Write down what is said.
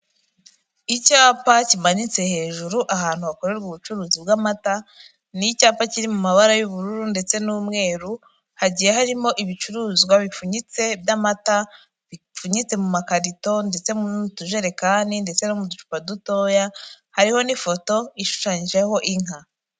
Icyapa kimanitse hejuru ahantu hakorerwa ubucuruzi bw'amata. Ni icyapa kiri mu mabara y'ubururu ndetse n'umweru, hagiye harimo ibicuruzwa bipfunyitse by'amata, bipfunyitse mu makarito, ndetse n'utujerekani ndetse no mu ducupa dutoya, hariho n'ifoto ishushanyijeho inka.